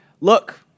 look